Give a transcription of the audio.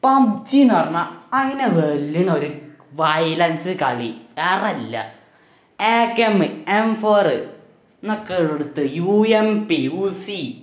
പബിജീന്ന് പറഞ്ഞാ അയിനെ വെല്ലണൊര് വയലൻസ് കളി വേറെല്ല ഏക്കമി എം ഫോറ്ന്നക്കെ ള്ളോടത്ത് U M P U C